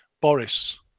Boris